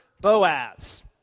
Boaz